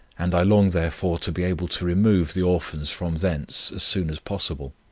and i long therefore to be able to remove the orphans from thence as soon as possible.